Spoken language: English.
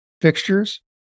fixtures